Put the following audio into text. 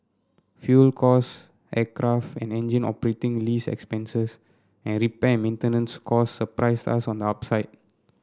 fuel costs aircraft and engine operating lease expenses and repair and maintenance costs surprised us on the upside